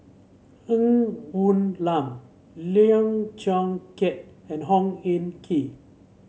Ng Woon Lam Lim Chong Keat and Hong Hin Kee